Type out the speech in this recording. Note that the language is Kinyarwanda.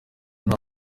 nta